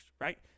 right